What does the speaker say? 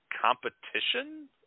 competition